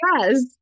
Yes